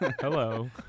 Hello